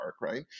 Right